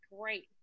great